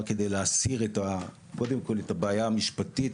כדי להסיר קודם כל את הבעיה המשפטית,